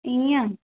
इअं